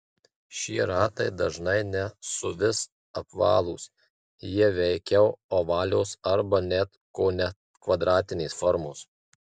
šie ratai dažnai ne suvis apvalūs jie veikiau ovalios arba net kone kvadratinės formos